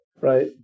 right